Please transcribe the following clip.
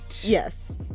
yes